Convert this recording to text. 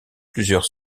plusieurs